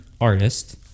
artist